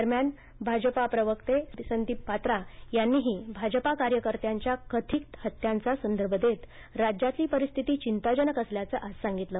दरम्यान भाजपा प्रवक्ते संबित पात्रा यांनीही भाजपा कार्यकर्त्यांच्या कथित हत्यांचा संदर्भ देत राज्यातली परिस्थिती चिंताजनक असल्याचं आज सांगितलं